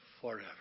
forever